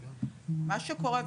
מה שקורה,